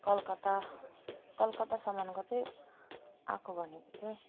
कलकत्ता कलकत्तासम्मको चाहिँ आएको भनेको चाहिँ